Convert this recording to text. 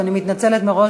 ואני מתנצלת מראש,